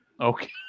Okay